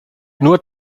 nur